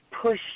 push